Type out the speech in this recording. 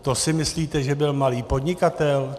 To si myslíte, že byl malý podnikatel?